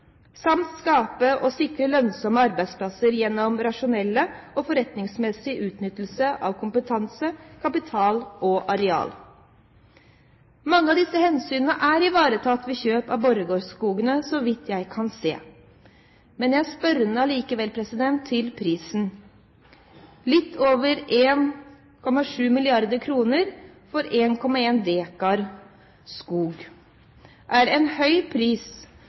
samt skape og sikre lønnsomme arbeidsplasser gjennom rasjonell og forretningsmessig utnyttelse av kompetanse, kapital og areal. Mange av disse hensynene er ivaretatt ved kjøpet av Borregaard-skogene, så vidt jeg kan se. Men jeg stiller meg allikevel spørrende til prisen. Litt over 1,7 mrd. kr for 1,1 million dekar skog er en høy pris